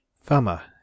Fama